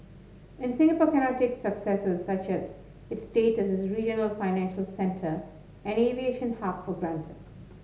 and Singapore cannot take successes such as its state as a regional financial centre and aviation hub for granted